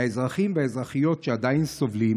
האזרחיות והאזרחים עדיין סובלים.